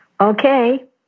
Okay